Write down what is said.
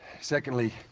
Secondly